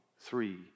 three